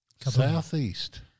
Southeast